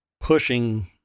pushing